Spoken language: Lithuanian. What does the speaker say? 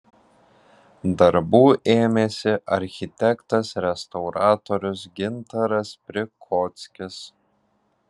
darbų ėmėsi architektas restauratorius gintaras prikockis